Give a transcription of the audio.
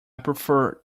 prefer